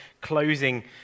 closing